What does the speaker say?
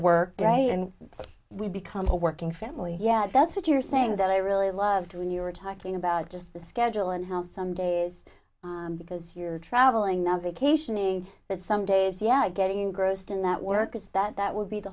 work day and we become a working family yeah that's what you're saying that i really loved when you were talking about just the schedule and how some day is because you're traveling not vacationing but some days yeah getting engrossed in that work is that that would be the